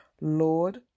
Lord